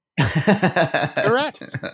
Correct